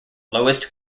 lowest